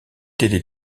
des